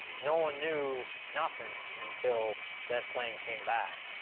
no one knew nothing until that plane came back.